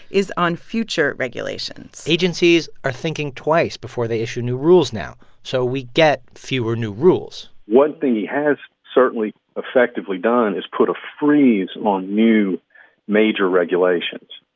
is on future regulations agencies are thinking twice before they issue new rules now, so we get fewer new rules one thing he has certainly effectively done is put a freeze on new major regulations.